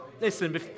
listen